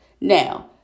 Now